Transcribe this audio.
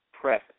prep